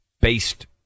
based